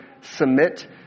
submit